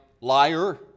liar